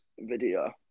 video